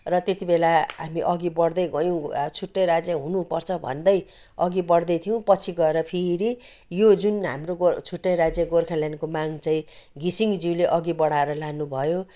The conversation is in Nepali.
र त्यति बेला हामी अघि बढ्दै गयौँ छुट्टै राज्य हुनुपर्छ भन्दै अघि बढ्दैथ्यौँ पछि गएर फेरि यो जुन हाम्रो गो छुट्टै राज्य गोर्खाल्यान्डको माग चाहिँ घिसिङज्यूले अघि बढाएर लानुभयो